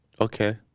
Okay